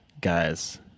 guys